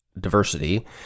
diversity